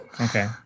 Okay